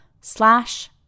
slash